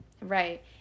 right